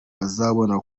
azabona